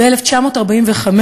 ב-1945,